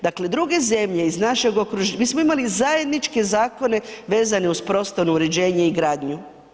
Dakle druge zemlje iz našeg okruženja, mi smo imali zajedničke zakone vezane uz prostorno uređenje i gradnju.